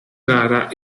gara